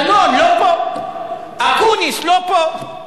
דנון לא פה, אקוניס לא פה,